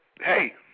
hey